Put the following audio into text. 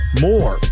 more